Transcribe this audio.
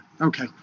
okay